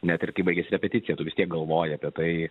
net ir kai baigias repeticija tu vis tiek galvoji apie tai